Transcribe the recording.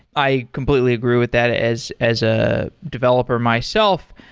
i completely agree with that as as a developer myself.